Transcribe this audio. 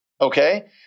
okay